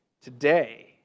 today